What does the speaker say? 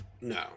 No